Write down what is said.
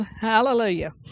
hallelujah